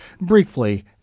briefly